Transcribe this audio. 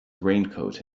raincoat